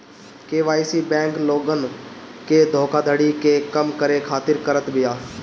KYC bank लोगन के धोखाधड़ी के कम करे खातिर करत बिया